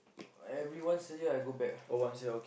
everyone still here I go back